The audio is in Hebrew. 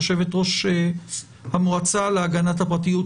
יושבת-ראש המועצה להגנת הפרטיות,